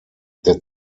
der